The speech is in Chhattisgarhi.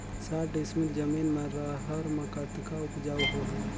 साठ डिसमिल जमीन म रहर म कतका उपजाऊ होही?